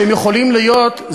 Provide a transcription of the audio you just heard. שהם יכולים להיות פה,